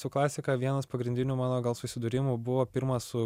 su klasika vienas pagrindinių mano gal susidūrimų buvo pirmas su